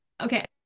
okay